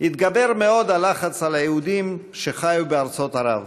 התגבר מאוד הלחץ על היהודים שחיו בארצות ערב,